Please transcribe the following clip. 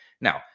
Now